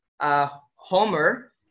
Homer